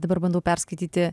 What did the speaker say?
dabar bandau perskaityti